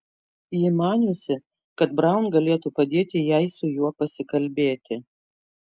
ji maniusi kad braun galėtų padėti jai su juo pasikalbėti